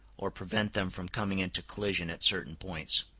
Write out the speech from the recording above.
or prevent them from coming into collision at certain points.